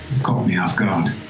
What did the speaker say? caught me off-guard.